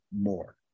more